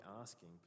asking